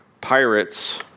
pirates